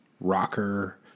rocker